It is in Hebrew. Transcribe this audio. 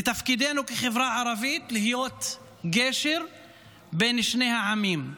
ותפקידנו כחברה ערבית להיות גשר בין שני העמים.